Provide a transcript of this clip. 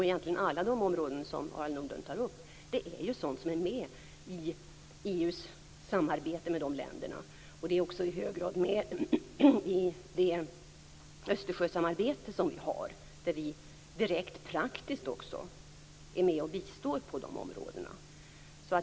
Egentligen ingår alla de områden som Harald Nordlund tar upp i EU:s samarbete med dessa länder. De ingår också i hög grad i Östersjösamarbetet, där vi direkt praktiskt också är med och bistår på dessa områden.